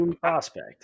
prospect